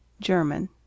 German